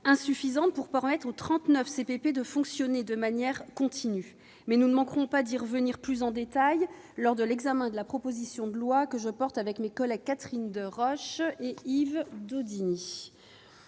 insuffisante pour permettre aux 39 CPP de fonctionner de manière continue. Mais nous ne manquerons pas de revenir plus en détail sur le sujet, lors de l'examen de la proposition de loi que je défendrai avec mes collègues Catherine Deroche et Yves Daudigny.